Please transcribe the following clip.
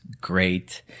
great